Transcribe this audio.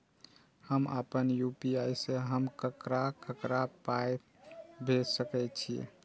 हम आपन यू.पी.आई से हम ककरा ककरा पाय भेज सकै छीयै?